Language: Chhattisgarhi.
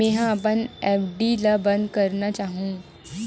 मेंहा अपन एफ.डी ला बंद करना चाहहु